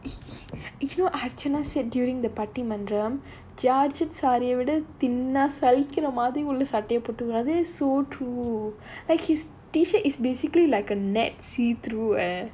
he he you know archana said during the party பட்டிமன்றம்:pattimandram judge சகிக்கிற மாதிரி:sagikira maadhiri so true like his T-shirt is basically like a net see through eh